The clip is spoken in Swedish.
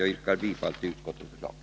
Jag yrkar bifall till utskottets hemställan.